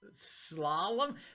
Slalom